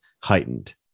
heightened